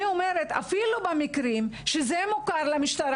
אני אומרת אפילו במקרים שזה מוכר למשטרה